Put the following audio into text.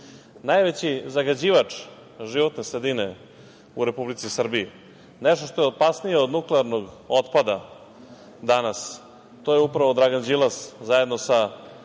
Najveći zagađivač životne sredine u Republici Srbiji, nešto što je opasnije od nuklearnog otpada danas, to je upravo Dragan Đilas zajedno sa